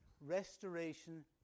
Restoration